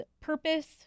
purpose